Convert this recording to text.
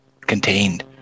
contained